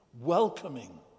welcoming